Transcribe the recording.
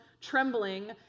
trembling